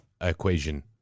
equation